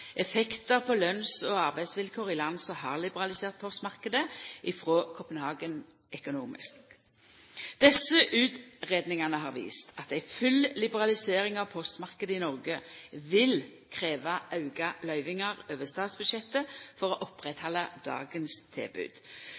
effektar på lønns- og arbeidsvilkår i land som har liberalisert postmarknaden, frå Copenhagen Economics. Desse utgreiingane har vist at ei full liberalisering av postmarknaden i Noreg vil krevja auka løyvingar over statsbudsjettet for å oppretthalda dagens tilbod.